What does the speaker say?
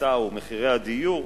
בסיסה הוא מחירי הדיור,